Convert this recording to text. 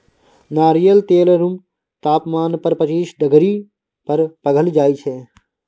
नारियल तेल रुम तापमान पर पचीस डिग्री पर पघिल जाइ छै